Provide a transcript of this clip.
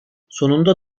sonunda